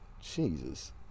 Jesus